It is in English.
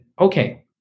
okay